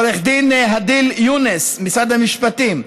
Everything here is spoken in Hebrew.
לעו"ד הדיל יונס ממשרד המשפטים,